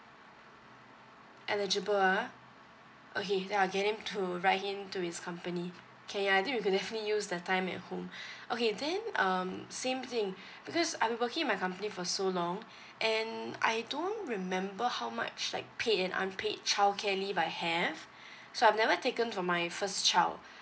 eligible ah okay then I'll get him to write in to his company okay I think we can definitely use the time at home okay then um same thing because I've been working with my company for so long and I don't remember how much like paid and unpaid childcare leave I have so I've never taken for my first child